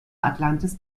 atlantis